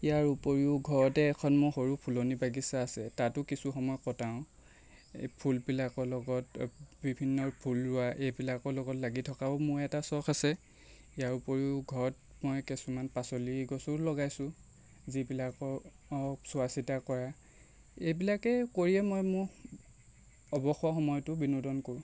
ইয়াৰ উপৰিও ঘৰতে এখন মোৰ সৰু ফুলনি বাগিচা আছে তাতো কিছু সময় কটাওঁ এই ফুলবিলাকৰ লগত বিভিন্ন ফুল ৰোৱা এইবিলাকৰ লগত লাগি থকাও মোৰ এটা চখ আছে ইয়াৰ উপৰিও ঘৰত মই কিছুমান পাচলিৰ গছো লগাইছোঁ যিবিলাকৰ চোৱা চিতা কৰা এইবিলাকেই কৰিয়ে মই মোৰ অৱসৰ সময়টো বিনোদন কৰোঁ